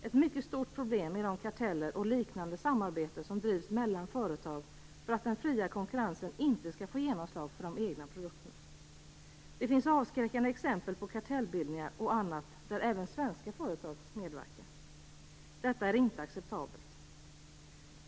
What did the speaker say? Ett mycket stort problem är de karteller och liknande samarbete som bedrivs mellan företag för att den fria konkurrensen inte skall få genomslag för de egna produkterna. Det finns avskräckande exempel på kartellbildningar och annat där även svenska företag medverkar. Detta är inte acceptabelt.